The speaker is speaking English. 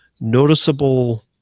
noticeable